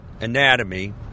anatomy